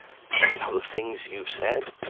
you know the things you've said,